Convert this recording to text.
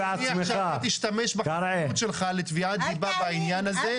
אני אשתמש בדברים שלך לתביעת דיבה בעניין הזה,